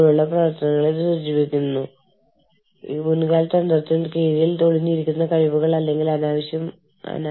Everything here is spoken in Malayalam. പ്രാദേശിക പ്രവർത്തനങ്ങളുടെ വൈദഗ്ധ്യത്തിന്റെ വർധിച്ച ആവശ്യകത കൂടുതൽ സങ്കീർണ്ണത എന്നിവയ്ക്കൊപ്പം അന്താരാഷ്ട്ര പ്രവർത്തനങ്ങളുടെ കഴിവുകൾ മാറ്റുന്നു